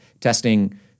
testing